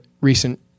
recent